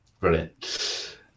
Brilliant